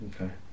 okay